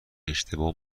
اشتباه